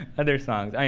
other songs. i mean